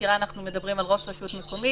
מזכירה שאנחנו מדברים על ראש רשות מקומית,